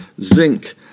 zinc